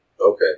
Okay